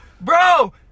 bro